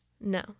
No